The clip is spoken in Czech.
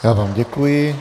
Já vám děkuji.